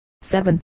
seven